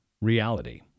reality